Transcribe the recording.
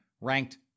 ranked